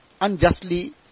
unjustly